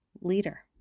leader